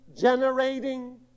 generating